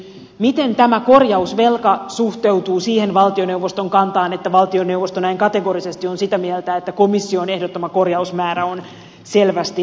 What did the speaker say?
miten tämä korjausvelka suhteutuu siihen valtioneuvoston kantaan että valtioneuvosto näin kategorisesti on sitä mieltä että komission ehdottama korjausmäärä on selvästi liikaa